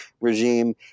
regime